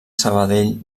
sabadell